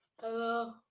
Hello